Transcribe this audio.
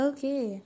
Okay